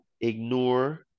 ignore